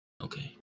Okay